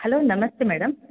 hello ನಮಸ್ತೆ madam